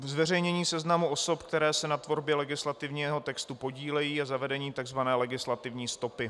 Zveřejnění seznamu osob, které se na tvorbě legislativního textu podílejí, a zavedení tzv. legislativní stopy.